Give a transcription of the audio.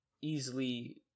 easily